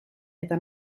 eta